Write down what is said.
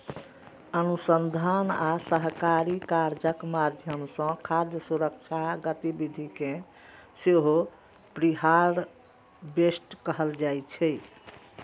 अनुसंधान आ सहकारी कार्यक माध्यम सं खाद्य सुरक्षा गतिविधि कें सेहो प्रीहार्वेस्ट कहल जाइ छै